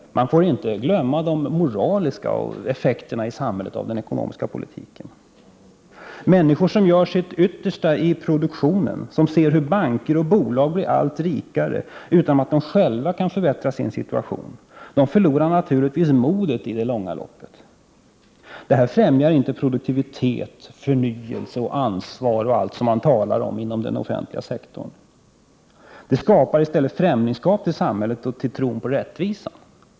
Man får inte glömma de moraliska effekterna i samhället av den ekonomiska politiken. Människor som gör sitt yttersta i produktionen ser hur banker och bolag blir allt rikare utan att de själva kan förbättra situationen. De förlorar naturligtvis i det långa loppet modet. Detta främjar inte produktivet, förnyelse och ansvar och allt det som man talar om inom den offentliga sektorn. Det skapar i stället främlingskap till samhället och till tron på rättvisan.